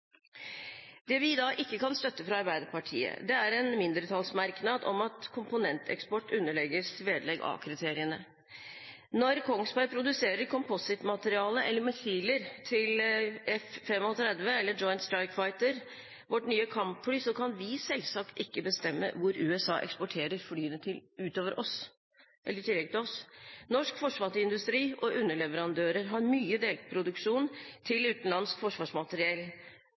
Det vi fra Arbeiderpartiet ikke kan støtte, er en mindretallsmerknad om at komponenteksport underlegges vedlegg A-kriteriene. Når Kongsberg produserer komposittmateriale eller missiler til F-35 eller Joint Strike Figther, vårt nye kampfly, kan vi selvsagt ikke bestemme hvor USA eksporterer flyene, i tillegg til oss. Norsk forsvarsindustri og underleverandører har mye delproduksjon til utenlandsk forsvarsmateriell.